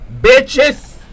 Bitches